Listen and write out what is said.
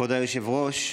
כבוד היושב-ראש,